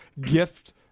gift